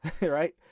right